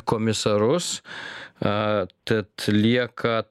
komisarus aaa tad lieka